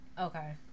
okay